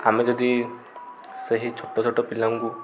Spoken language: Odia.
ଆମେ ଯଦି ସେହି ଛୋଟ ଛୋଟ ପିଲାଙ୍କୁ